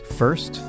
first